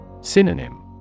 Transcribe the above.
Synonym